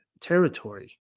territory